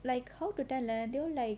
like how to tell ah they all like